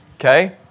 okay